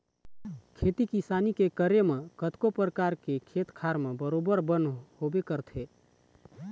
खेती किसानी के करे म कतको परकार के खेत खार म बरोबर बन होबे करथे